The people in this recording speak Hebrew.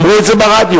אמרו את זה ברדיו.